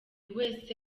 wese